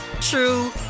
true